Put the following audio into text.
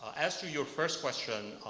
as to your first question,